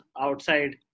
outside